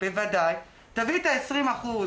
הדברים ברורים.